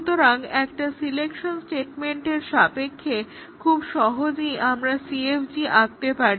সুতরাং একটা selection statement এর সাপেক্ষে খুব সহজেই আমরা CFG আঁকতে পারি